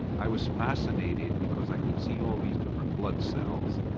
i was fascinated because i could see all these different blood cells.